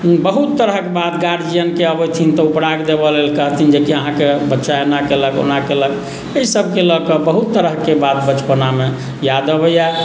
बहुत तरहक बात गार्जियेनके अबैत छनि तऽ उपराग देबय लेल कहथिन कि अहाँके बच्चा एना केलक ओना केलक एहिसभके लकऽ बहुत तरहके बात बचपनामे याद अबैए